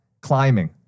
climbing